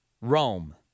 Rome